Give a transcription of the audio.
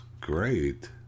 great